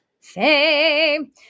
fame